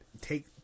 Take